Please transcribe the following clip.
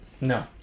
no